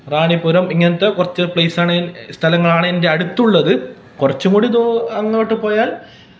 റാണിപുരം ഇങ്ങനത്തെ കുറച്ച് പ്ലെയ്സാണ് സ്ഥലമാണ് എൻ്റെ അടുത്തുള്ളത് കുറച്ചുംകൂടി ദൂരം അങ്ങോട്ട് പോയാൽ